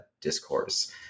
discourse